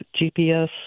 GPS